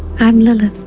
i'm lilith,